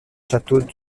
châteaux